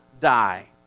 die